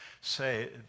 say